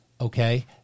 okay